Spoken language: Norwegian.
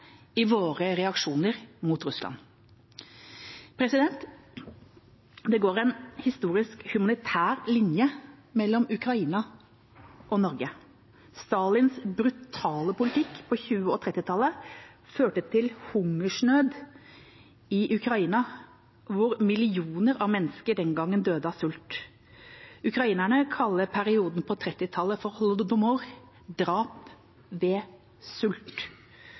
i våre reaksjoner mot Russland. Det går en historisk humanitær linje mellom Ukraina og Norge. Stalins brutale politikk på 1920- og 1930-tallet førte til hungersnød i Ukraina, hvor millioner av mennesker den gangen døde av sult. Ukrainerne kaller perioden på 1930-tallet for Holodomor – drap ved sult.